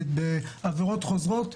בעבירות חוזרות,